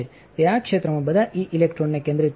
તેઆ ક્ષેત્રમાંબધાઇ ઇલેક્ટ્રોનનેકેન્દ્રિત કરે છે